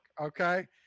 Okay